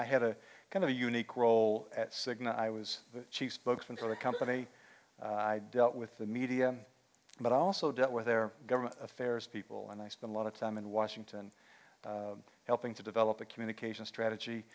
i had a kind of a unique role at cigna i was the chief spokesman for a company i dealt with the media but also dealt with their government affairs people and i spent a lot of time in washington helping to develop the communication strategy